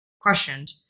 questioned